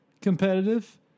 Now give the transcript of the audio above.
competitive